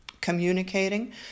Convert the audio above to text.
communicating